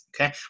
Okay